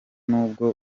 nubwo